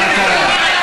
מה קרה?